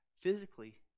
physically